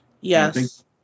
Yes